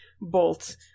bolt